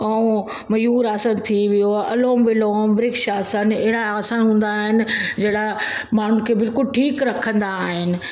ऐं मयूर आसनु थी वियो अलोम विलोम वृक्ष आसनु अहिड़ा आसन हूंदा आहिनि जहिड़ा माण्हुनि खे बिल्कुलु ठीकु रखंदा आहिनि